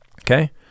okay